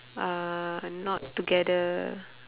are not together